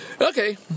Okay